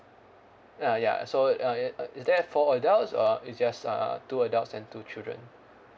ah ya so uh err uh is there four adults or it's just uh two adults and two children